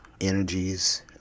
energies